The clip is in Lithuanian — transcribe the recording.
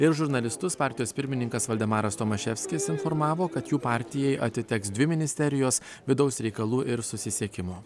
ir žurnalistus partijos pirmininkas valdemaras tomaševskis informavo kad jų partijai atiteks dvi ministerijos vidaus reikalų ir susisiekimo